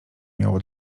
miało